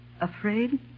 Afraid